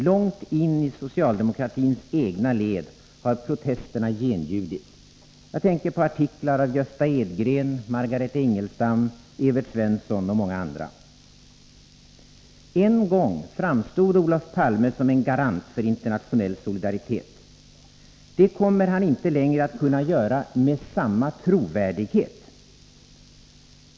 Långt in i socialdemokratins egna led har protesterna genljudit. Jag tänker på artiklar av Gösta Edgren, Margareta Ingelstam, Evert Svensson och många andra. En gång framstod Olof Palme som en garant för internationell solidaritet. Det kommer han inte längre att kunna göra med samma trovärdighet.